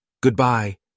Goodbye